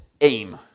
aim